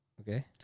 Okay